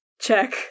check